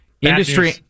industry